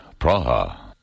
Praha